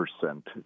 percent